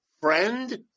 Friend